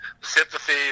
sympathy